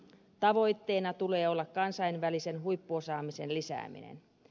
tavoitteena tulee olla kansainvälisen huippuosaamisen lisääminen